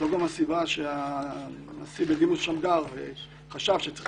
זאת גם הסיבה שהנשיא בדימוס שמגר חשב שצריך